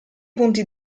punti